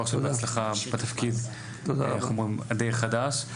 בהצלחה בתפקיד הדיי חדש,